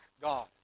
God